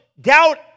Doubt